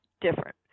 different